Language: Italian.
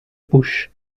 push